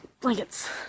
blankets